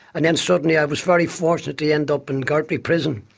and then suddenly i was very fortunate to end up in gartree prison,